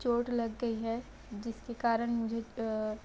चोट लग गई है जिसके कारण मुझे